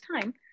time